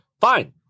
fine